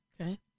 Okay